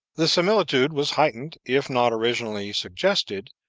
the similitude was heightened, if not originally suggested,